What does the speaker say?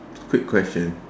quick question